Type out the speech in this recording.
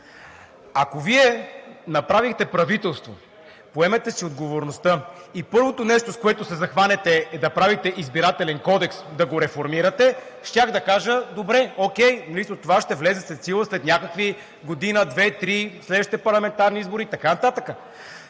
Ако Вие направите правителство, поемете си отговорността и първото нещо, с което се захванете – да правите Избирателен кодекс, да го реформирате, щях да кажа добре – окей, ще влезе в сила след някакви година, две, три, следващите парламентарни избори и така нататък,